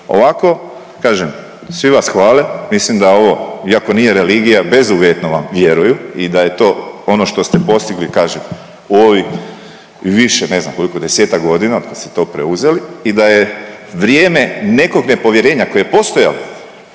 Ovako, kažem svi vas hvale, mislim da ovo iako nije religija bezuvjetno vam vjeruju i da je to ono što ste postigli kažem u ovih više ne znam koliko, desetak godina od kad ste to preuzeli i da je vrijeme nekog nepovjerenja koje je postojalo,